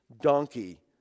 donkey